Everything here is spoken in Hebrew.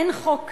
אין חוק כזה.